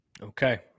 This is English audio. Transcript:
Okay